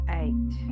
eight